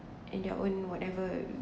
and their own whatever